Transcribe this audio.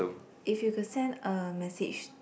if you could send a message